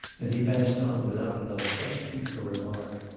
and he passed on without another question or remark.